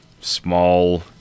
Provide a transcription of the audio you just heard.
small